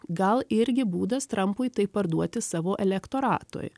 gal irgi būdas trampui tai parduoti savo elektoratui